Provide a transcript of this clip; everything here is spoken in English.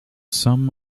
sum